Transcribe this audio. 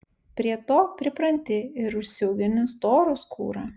prie to pripranti ir užsiaugini storą skūrą